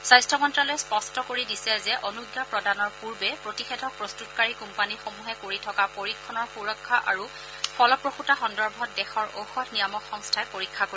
স্বাস্থ্য মন্ত্ৰালয়ে স্পষ্ট কৰি দিছে যে অনুজ্ঞা প্ৰদানৰ পূৰ্বে প্ৰতিষেধক প্ৰস্তুতকাৰী কোম্পানীসমূহে কৰি থকা পৰীক্ষণৰ সুৰক্ষা আৰু ফলপ্ৰসূতা সন্দৰ্ভত দেশৰ ঔষধ নিয়ামক সংস্থাই পৰীক্ষা কৰিব